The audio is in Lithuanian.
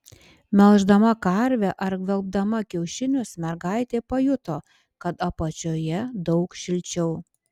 melždama karvę ar gvelbdama kiaušinius mergaitė pajuto kad apačioje daug šilčiau